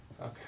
Okay